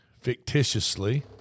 fictitiously